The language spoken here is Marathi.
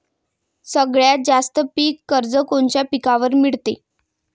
सगळ्यात जास्त पीक कर्ज कोनच्या पिकावर मिळते?